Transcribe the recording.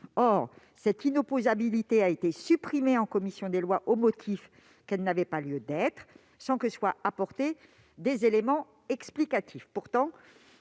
Or cette inopposabilité a été supprimée en commission des lois au motif qu'elle n'avait pas lieu d'être, sans que soient apportés des éléments explicatifs.